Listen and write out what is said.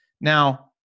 Now